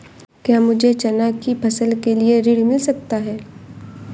क्या मुझे चना की फसल के लिए ऋण मिल सकता है?